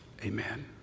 amen